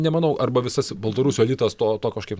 nemanau arba visas baltarusių elitas to to kažkaip